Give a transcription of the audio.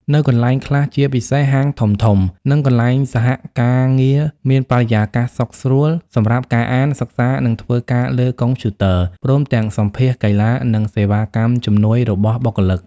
នៅកន្លែងខ្លះជាពិសេសហាងធំៗ និងកន្លែងសហការងារមានបរិយាកាសសុខស្រួល សំរាប់ការអាន សិក្សា និងធ្វើការលើកុំព្យូទ័រ ព្រមទាំងសម្ភាសន៍កីឡា និងសេវាកម្មជំនួយរបស់បុគ្គលិក។